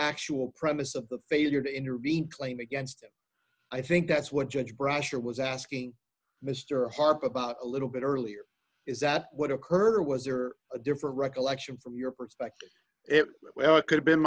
factual premise of the failure to intervene claim against i think that's what judge brasher was asking mr harp about a little bit earlier is that would occur or was there a different recollection from your perspective it could've been